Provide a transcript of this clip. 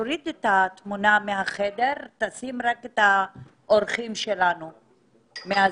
תוריד את התמונה מהחדר ותשים רק את תמונת האורחים שלנו מה-ZOOM.